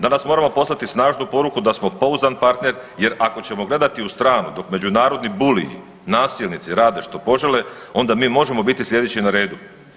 Danas moramo poslati snažnu poruku da smo pouzdan partner, jer ako ćemo gledati u stranu dok međunarodni buliji, nasilnici rade što požele onda mi možemo biti sljedeći na redu.